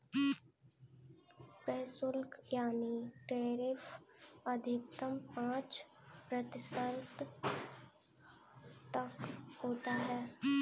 प्रशुल्क यानी टैरिफ अधिकतर पांच प्रतिशत तक होता है